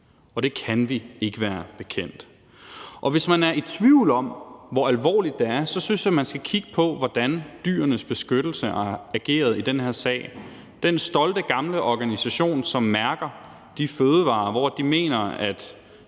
og det kan vi ikke være bekendt. Og hvis man er i tvivl om, hvor alvorligt det er, så synes jeg, at man skal kigge på, hvordan Dyrenes Beskyttelse har ageret i den her sag. Den stolte gamle organisation, som mærker de fødevarer, som de mener de